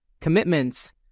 commitments